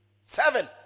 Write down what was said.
Seven